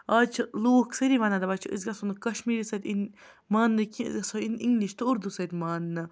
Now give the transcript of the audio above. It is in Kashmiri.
آز چھِ لوٗکھ سٲری وَنان دَپان چھِ أسۍ گژھو نہٕ کشمیری سۭتۍ یِنۍ مانٛنہٕ کیٚنٛہہ أسۍ گَژھو یِنۍ اِنگلِش تہٕ اُردو سۭتۍ مانٛنہٕ